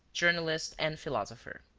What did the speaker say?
journalist and philosopher.